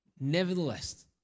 nevertheless